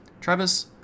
Travis